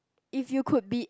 if you could be